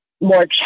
more